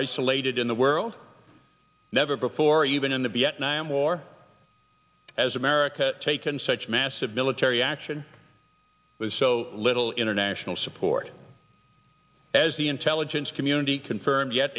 isolated in the world never before even in the vietnam war as america taken such massive military action was so little international support as the intelligence community confirmed yet